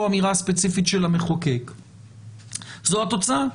אמירה ספציפית של המחוקק וזו התוצאה.